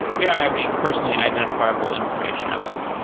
yeah being personally identifiable information. absolutely.